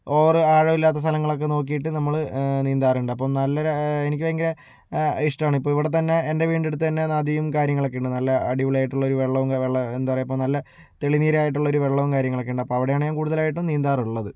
over ആഴമില്ലാത്ത സ്ഥലങ്ങളൊക്കെ നോക്കിയിട്ട് നമ്മള് നീന്താറുണ്ട് അപ്പം നല്ല എനിക്ക് ഭയങ്കര ഇഷ്ടമാണ് ഇപ്പോൾ ഇവിടെ തന്നെ എൻറെ വീടിൻറെ അടുത്ത് തന്നെ നദിയും കാര്യങ്ങളൊക്കെയുണ്ട് നല്ല അടിപൊളി ആയിട്ടുള്ള ഒരു വെള്ളമോ വെള്ള എന്താ പറയുക ഇപ്പം നല്ല തെളിനിരായിട്ടുള്ള ഒരു വെള്ളവും കാര്യങ്ങളൊക്കെ ഉണ്ട് അപ്പോൾ അവിടെയാണ് ഞാൻ കൂടുതൽ നീന്താറുള്ളത്